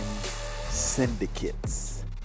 syndicates